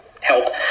help